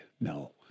no